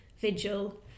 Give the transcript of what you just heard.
vigil